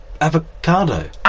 avocado